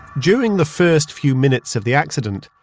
during the first few minutes of the accident,